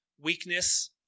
Weakness